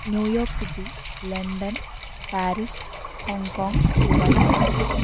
New York city London Paris Hong Kong Dubai city